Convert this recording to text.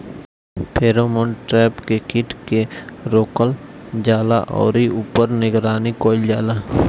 Pheromone trap से कीट के रोकल जाला और ऊपर निगरानी कइल जाला?